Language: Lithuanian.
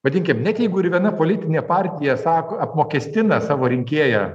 vadinkim net jeigu ir viena politinė partija sako apmokestina savo rinkėją